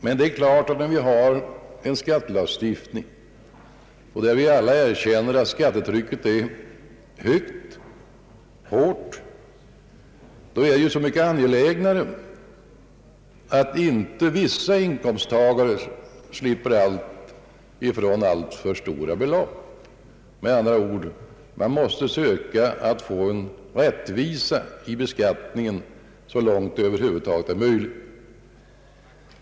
Men om vi har en skattelagstiftning, där vi alla erkänner att skattetrycket är hårt, är det självfallet angeläget att inte vissa inkomsttagare slipper ifrån alltför stora belopp. Vi måste med andra ord söka få rättvisa försäkringsrörelse i beskattningen så långt detta över huvud taget är möjligt.